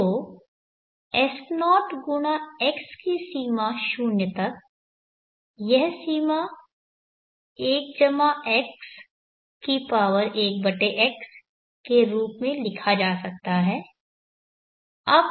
तो S0×x की सीमा 0 तक यह सीमा 1x1x के रूप में लिखा जा सकता है S0x→01x1xi×n